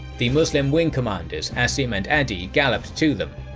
the muslim wing commanders asim and adi galloped to them.